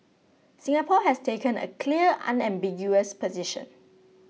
Singapore has taken a clear unambiguous position